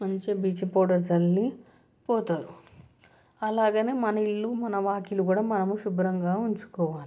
మంచిగా bleaching powder చల్లి పోతారు అలాగనే మన ఇల్లు మన వాకిలి కూడా మనం శుభ్రంగా ఉంచుకోవాలి